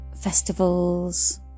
festivals